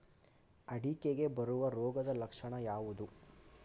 ಅಡಿಕೆಗೆ ಬರುವ ರೋಗದ ಲಕ್ಷಣ ಯಾವುದು?